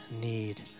need